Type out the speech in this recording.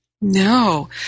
No